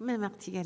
Mais Martigues